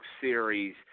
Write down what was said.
series